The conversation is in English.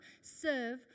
serve